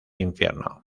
infierno